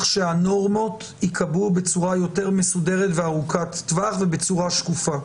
שהנורמות ייקבעו בצורה יותר מסודרת וארוכת טווח ובצורה שקופה.